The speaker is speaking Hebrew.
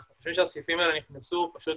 אנחנו חושבים שהסעיפים האלה נכנסו פשוט